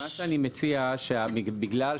מה שאני מציע שבגלל,